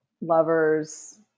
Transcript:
lovers